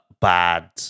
bad